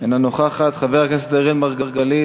אינה נוכחת, חבר הכנסת אראל מרגלית,